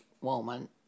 woman